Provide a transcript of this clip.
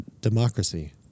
Democracy